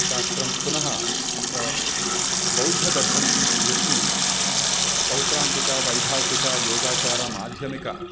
शास्त्रं पुनः बौद्धदर्शनं यस्मिन् सौत्रान्तिकः वैभाषिकः योगाचारः माध्यमिकः